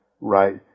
right